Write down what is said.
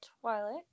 Twilight